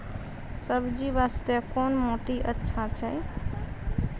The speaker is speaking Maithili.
सब्जी बास्ते कोन माटी अचछा छै?